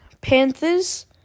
Panthers